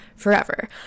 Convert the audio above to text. forever